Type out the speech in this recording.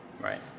Right